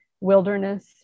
wilderness